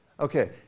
Okay